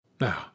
Now